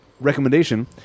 recommendation